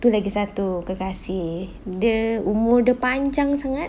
tu lagi satu kekasih dia umur dia panjang sangat